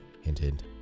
hint-hint